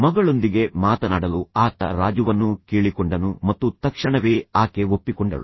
ಮಗಳೊಂದಿಗೆ ಮಾತನಾಡಲು ಆತ ರಾಜುವನ್ನು ಕೇಳಿಕೊಂಡನು ಮತ್ತು ತಕ್ಷಣವೇ ಆಕೆ ಒಪ್ಪಿಕೊಂಡಳು